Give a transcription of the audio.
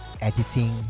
Editing